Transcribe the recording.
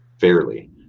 fairly